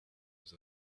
was